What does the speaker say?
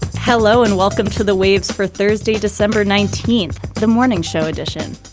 hello and welcome to the waves for thursday, december nineteenth, the morning show edition.